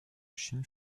chine